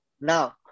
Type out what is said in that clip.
Now